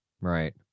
right